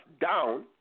down